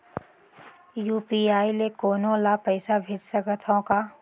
UPI ले कोनो ला पइसा भेज सकत हों का?